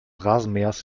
rasenmähers